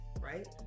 right